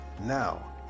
now